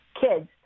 kids